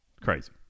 Crazy